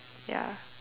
ya